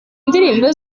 ndirimbo